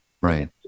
Right